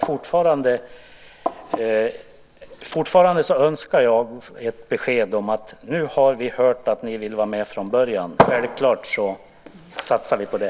Fortfarande önskar jag ett besked: Nu har vi hört att ni vill vara med från början, självklart satsar vi på det.